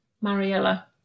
Mariella